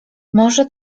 może